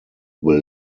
will